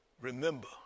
Remember